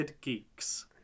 geeks